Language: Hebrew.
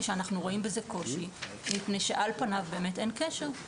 שאנחנו רואים בזה קושי היא מפני שעל פניו באמת אין קשר; לכאורה,